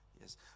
Yes